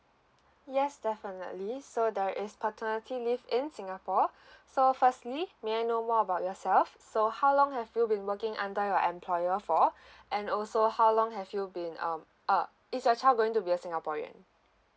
yes definitely so there is paternity leave in singapore so firstly may I know more about yourself so how long have you been working under your employer for and also how long have you been um uh is your child going to be a singaporean